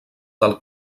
del